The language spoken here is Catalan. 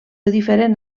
diferent